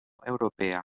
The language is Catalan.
europea